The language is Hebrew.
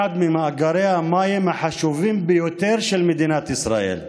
ממאגרי המים החשובים ביותר של מדינת ישראל,